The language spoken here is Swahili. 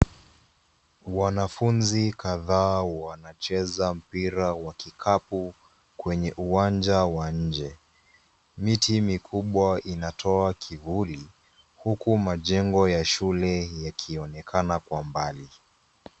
Wanafunzi kadhaa wanacheza mpira wa kikapu kwenye uwanja wa nje. Miti mikubwa inatoa kivuli huku majengo ya shule ikionekana kwa mbali.